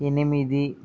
ఎనిమిది